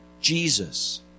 Jesus